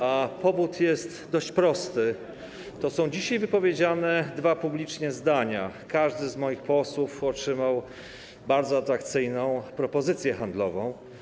A powód jest dość prosty, to są dzisiaj wypowiedziane publicznie dwa zdania: Każdy z moich posłów otrzymał bardzo atrakcyjną propozycję handlową.